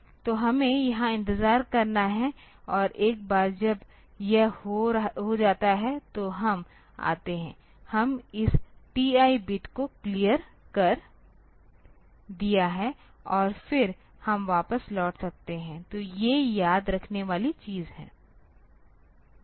तो हमें यहां इंतजार करना है और एक बार जब यह हो जाता है तो हम आते हैं हम इस TI बिट को क्लियर कर दिया है और फिर हम वापस लौट सकते हैंतो ये याद रखने वाली चीजें हैं